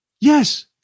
Yes